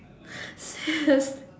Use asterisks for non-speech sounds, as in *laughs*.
*laughs* serious